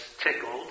tickled